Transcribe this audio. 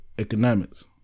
economics